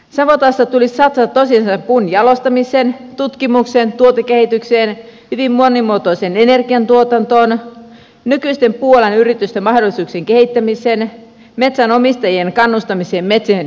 esimerkiksi savotassa tulisi satsata tosissaan puun jalostamiseen tutkimukseen tuotekehitykseen hyvin monimuotoiseen energiantuotantoon nykyisten puualan yritysten mahdollisuuksien kehittämiseen metsänomistajien kannustamiseen metsien hyödyntämisessä